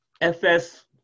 FS